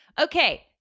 Okay